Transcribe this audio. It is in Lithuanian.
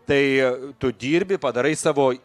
tai tu dirbi padarai savo